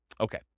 Okay